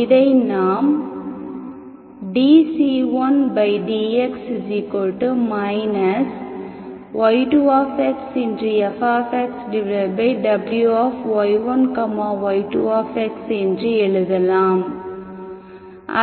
இதை நாம் dc1dx y2fWy1 y2 என்று எழுதலாம்